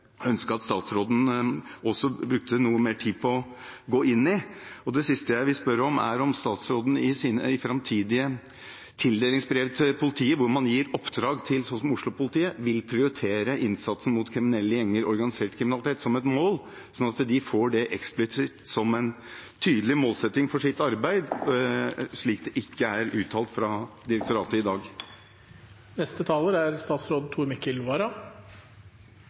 at statsråden også brukte noe mer tid på å gå inn i. Det siste jeg vil spørre om, er om statsråden i framtidige tildelingsbrev til politiet, hvor man gir oppdrag til f.eks. Oslo-politiet, vil prioritere innsatsen mot kriminelle gjenger og organisert kriminalitet som et mål, sånn at de får det eksplisitt som en tydelig målsetting for sitt arbeid – slik det ikke er uttalt fra direktoratet i dag.